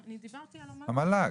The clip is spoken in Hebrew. המל"ג?